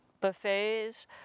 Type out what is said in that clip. buffets